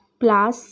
plus